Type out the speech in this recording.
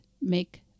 make